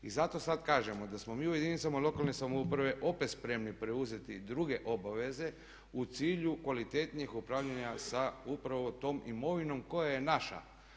I zato sad kažemo da smo mi u jedinicama lokalne samouprave opet spremni preuzeti druge obveze u cilju kvalitetnijeg upravljanja sa upravo tom imovinom koja je naša.